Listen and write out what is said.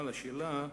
אבל השאלה הנשאלת,